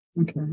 okay